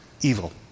evil